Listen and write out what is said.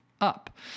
up